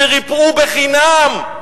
שריפאו חינם,